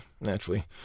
Naturally